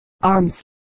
arms